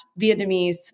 Vietnamese